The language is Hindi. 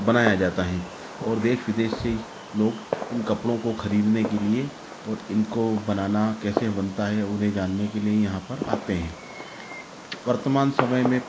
बनाया जाता है और देश विदेश से लोग इन कपड़ों को खरीदने के लिए और इनको बनाना कैसे बनता है उन्हें जानने के लिए यहाँ पर आते हैं वर्तमान समय में